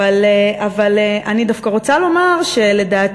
אבל אני דווקא רוצה לומר שלדעתי,